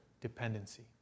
dependency